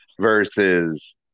versus